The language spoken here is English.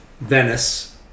Venice